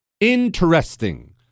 Interesting